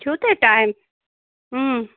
چھُو تۄہہِ ٹایم